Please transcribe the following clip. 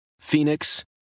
Phoenix